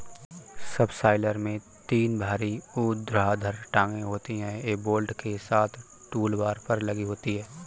subsoiler में तीन भारी ऊर्ध्वाधर टांगें होती हैं, यह बोल्ट के साथ टूलबार पर लगी होती हैं